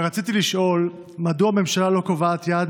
רצוני לשאול: 1. מדוע הממשלה לא קובעת יעד